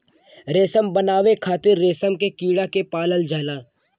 रेशम बनावे खातिर रेशम के कीड़ा के पालल जाला